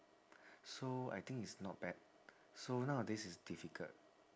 so I think it's not bad so nowadays it's difficult